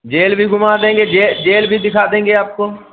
jail भी घूमा देंगे जे जेल भी दिखा देंगे आपको